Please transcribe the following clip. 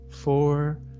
four